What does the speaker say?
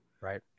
Right